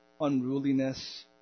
unruliness